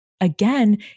again